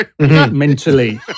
mentally